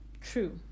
true